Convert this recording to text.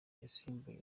yasimbuye